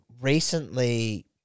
recently